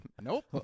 Nope